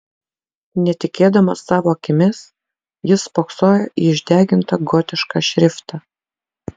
netikėdamas savo akimis jis spoksojo į išdegintą gotišką šriftą